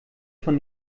von